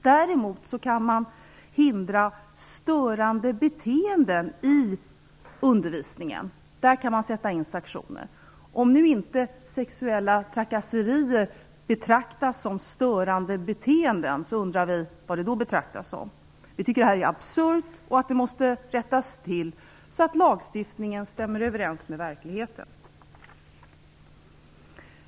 Däremot kan man hindra störande beteende i undervisningen. Där kan man sätta in sanktioner. Om nu sexuella trakasserier inte betraktas som störande beteende undrar vi vad de då betraktas som. Vi tycker att detta är absurt och att det måste rättas till så att lagstiftningen stämmer överens med verkligheten.